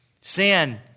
Sin